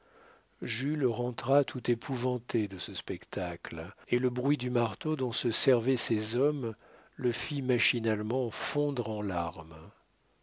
jules rentra tout épouvanté de ce spectacle et le bruit du marteau dont se servaient ces hommes le fit machinalement fondre en larmes